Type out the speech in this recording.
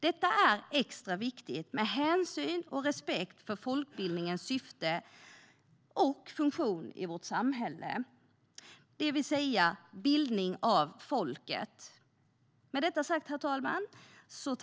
Detta är extra viktigt av hänsyn till och med respekt för folkbildningens syfte och funktion i vårt samhälle, det vill säga bildning av folket.